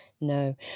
no